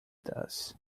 does